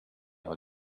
how